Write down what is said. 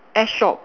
S shop